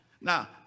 Now